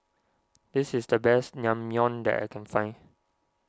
this is the best Naengmyeon that I can find